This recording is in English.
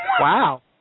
Wow